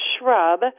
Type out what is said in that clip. shrub